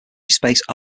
space